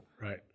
Right